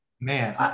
Man